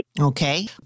Okay